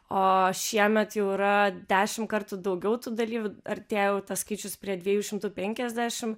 o šiemet jau yra dešimt kartų daugiau tų dalyvių artėja jau tas skaičius prie dviejų šimtų penkiasdešim